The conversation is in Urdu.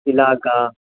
فلا کا